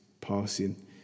passing